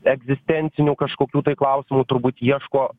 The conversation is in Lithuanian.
egzistencinių kažkokių tai klausimų turbūt ieško